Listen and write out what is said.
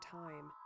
time